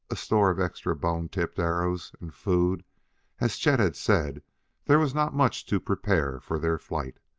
a store of extra bone-tipped arrows, and food as chet had said there was not much to prepare for their flight.